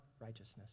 righteousness